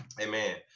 amen